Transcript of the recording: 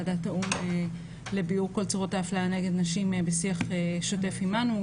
ועדת האו"ם לביעור כל צורות האפליה נגד נשים בשיח שוטף עמנו.